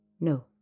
No